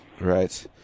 right